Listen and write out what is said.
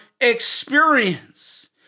experience